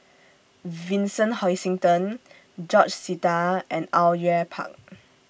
Vincent Hoisington George Sita and Au Yue Pak